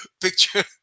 picture